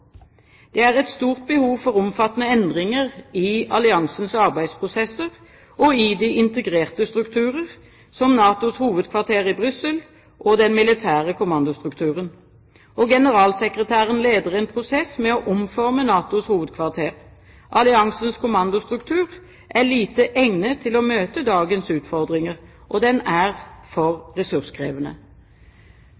Det er et stort behov for omfattende endringer i alliansens arbeidsprosesser og i de integrerte strukturer – som NATOs hovedkvarter i Brussel og den militære kommandostrukturen. Generalsekretæren leder en prosess med å omforme NATOs hovedkvarter. Alliansens kommandostruktur er lite egnet til å møte dagens utfordringer, og den er for